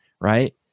right